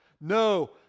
No